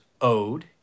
owed